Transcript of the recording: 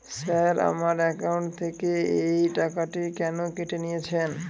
Sir আমার account থেকে এই টাকাটি কেন কেটে নিয়েছেন?